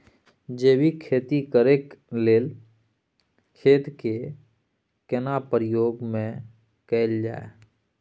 जैविक खेती करेक लैल खेत के केना प्रयोग में कैल जाय?